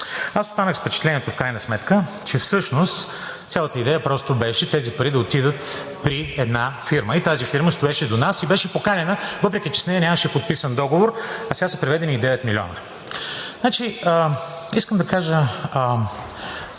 Аз останах с впечатлението в крайна сметка, че всъщност цялата идея просто беше тези пари да отидат при една фирма – тази фирма стоеше до нас и беше поканена, въпреки че с нея нямаше подписан договор, а сега са преведени девет милиона. Искам да кажа